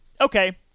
Okay